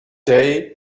day